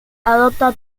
adopta